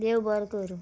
देव बरें करूं